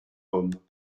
homme